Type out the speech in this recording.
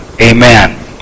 Amen